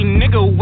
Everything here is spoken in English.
nigga